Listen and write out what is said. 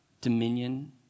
dominion